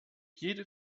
jede